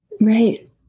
Right